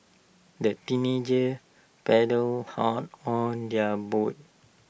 the teenagers paddled hard on their boat